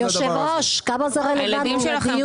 היושב ראש, כמה זה רלוונטי לדיון?